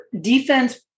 defense